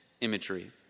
imagery